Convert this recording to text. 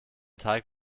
teig